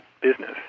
business